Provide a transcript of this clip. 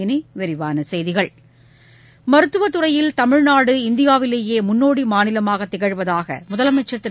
இனி விரிவான செய்திகள் மருத்துவ துறையில் தமிழ்நாடு இந்தியாவிலேயே முன்னோடி மாநிலமாக திகழ்வதாக முதலமைச்சர் திரு